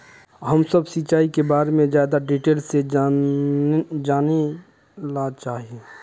हम सब सिंचाई के बारे में ज्यादा डिटेल्स में जाने ला चाहे?